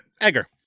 Egger